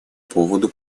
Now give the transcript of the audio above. поводу